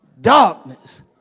darkness